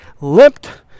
limped